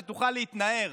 שתוכל להתנער.